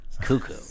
Cuckoo